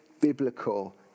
biblical